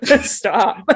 stop